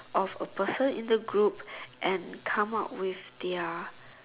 of a person in the group and come out with their